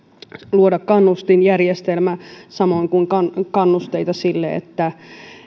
luoda kannustinjärjestelmä samoin kuin kannusteita sille että